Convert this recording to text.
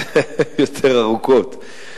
יותר ארוכות.